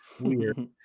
weird